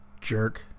jerk